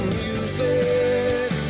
music